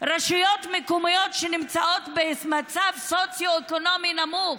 רשויות מקומיות שנמצאות במצב סוציו-אקונומי נמוך,